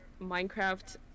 Minecraft